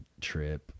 trip